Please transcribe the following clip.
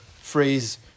phrase